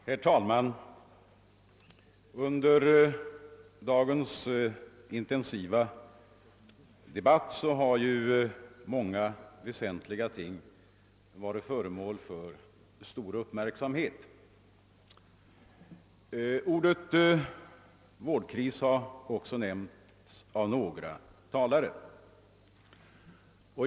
Herr talman! Under dagens intensiva debatt har många väsentliga ting varit föremål för stor uppmärksamhet. Ordet vårdkris har också nämnts av några talare.